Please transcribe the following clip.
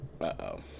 Uh-oh